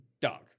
dog